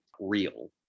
real